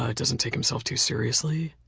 ah doesn't take himself too seriously.